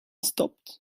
stopped